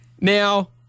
Now